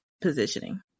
positioning